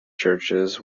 churches